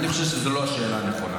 אני חושב שזאת לא השאלה הנכונה.